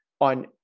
on